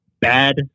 bad